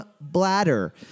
bladder